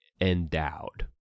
endowed